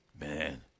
man